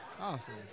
Awesome